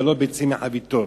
אבל לא ביצים מחביתות,